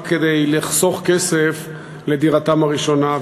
רק כדי לחסוך כסף לדירתם הראשונה.